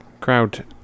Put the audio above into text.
Crowd